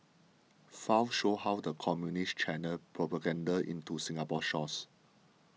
files show how the Communists channelled propaganda into Singapore's shores